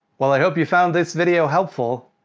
well, i hope you found this video helpful.